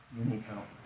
need help.